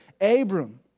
Abram